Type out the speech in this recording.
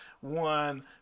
one